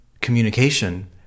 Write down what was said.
communication